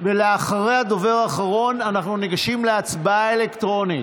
ולאחר הדובר האחרון אנחנו ניגשים להצבעה אלקטרונית.